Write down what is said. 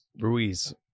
Ruiz